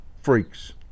freaks